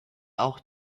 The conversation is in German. auch